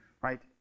right